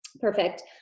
perfect